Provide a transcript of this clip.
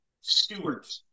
Stewart